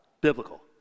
Biblical